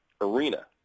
arena